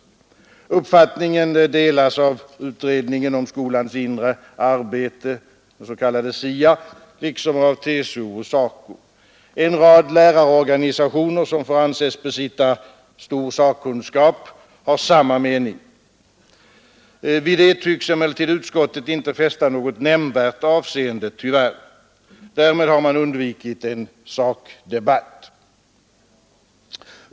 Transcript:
Den uppfattningen delas av utredningen om skolans inre arbete , liksom av TCO och SACO. En rad lärarorganisationer, som får anses besitta stor sakkunskap, har samma mening. Vid detta tycks emellertid utskottet tyvärr inte fästa något nämnvärt avseende. Därmed har man undvikit en sakdebatt.